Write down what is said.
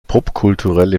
popkulturelle